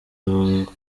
avuga